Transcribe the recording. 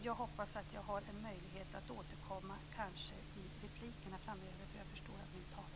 Jag hoppas att jag har möjlighet att återkomma kanske i replikerna framöver, för jag förstår att min talartid är ute.